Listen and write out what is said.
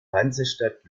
hansestadt